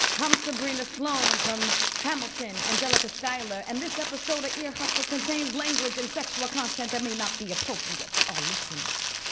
i'm sabrina sloan from hamilton, angelica schuyler, and this episode of ear hustle contains language and sexual content that may not be appropriate for all listeners.